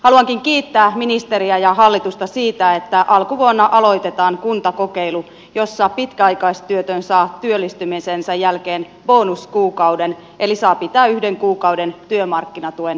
haluankin kiittää ministeriä ja hallitusta siitä että alkuvuonna aloitetaan kuntakokeilu jossa pitkäaikaistyötön saa työllistymisensä jälkeen bonuskuukauden eli saa pitää yhden kuukauden työmarkkinatuen itsellään